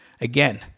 again